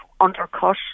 undercut